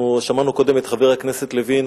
אנחנו שמענו קודם את חבר הכנסת לוין,